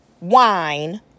wine